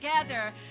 together